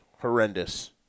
horrendous